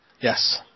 Yes